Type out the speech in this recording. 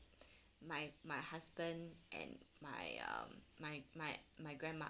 my my husband and my um my my my grandma